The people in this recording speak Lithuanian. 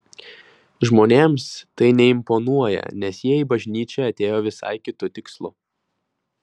žmonėms tai neimponuoja nes jie į bažnyčią atėjo visai kitu tikslu